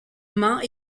mans